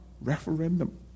referendum